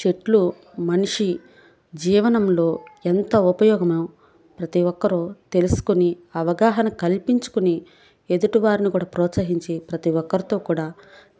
చెట్లు మనిషి జీవనంలో ఎంత ఉపయోగమో ప్రతీ ఒక్కరూ తెలుసుకొని అవగాహన కల్పించుకుని ఎదుటివారిని కూడా ప్రోత్సహించి ప్రతీ ఒక్కరితో కూడా